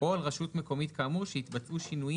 "או על רשות מקומית כאמור שהתבצעו שינויים